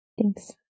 Thanks